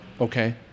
okay